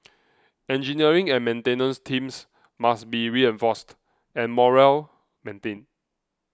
engineering and maintenance teams must be reinforced and morale maintained